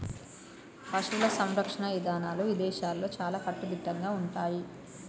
పశువుల సంరక్షణ ఇదానాలు ఇదేశాల్లో చాలా కట్టుదిట్టంగా ఉంటయ్యి